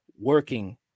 working